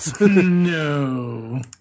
No